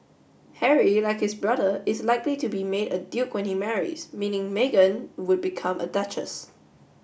Harry like his brother is likely to be made a duke when he marries meaning Meghan would become a duchess